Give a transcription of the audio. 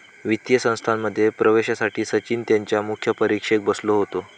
वित्तीय संस्थांमध्ये प्रवेशासाठी सचिन त्यांच्या मुख्य परीक्षेक बसलो होतो